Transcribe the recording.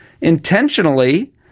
intentionally